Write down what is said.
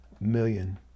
million